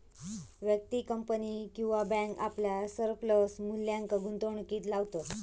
व्यक्ती, कंपनी किंवा बॅन्क आपल्या सरप्लस मुल्याक गुंतवणुकीत लावतत